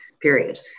period